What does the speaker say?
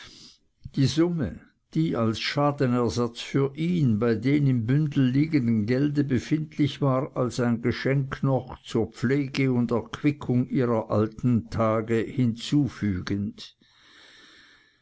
die summe die als schadenersatz für ihn bei dem im bündel liegenden gelde befindlich war als ein geschenk noch zur pflege und erquickung ihrer alten tage hinzufügend